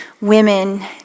women